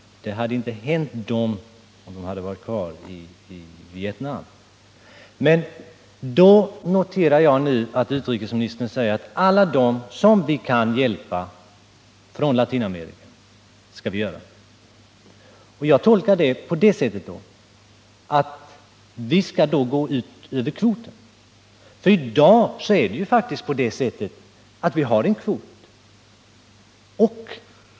Detta hade inte hänt dem om de varit kvar i Vietnam. Jag noterar nu att utrikesministern säger att vi skall hjälpa alla från Latinamerika som vi kan hjälpa. Men i dag har vi faktiskt en kvot som vi inte går utöver.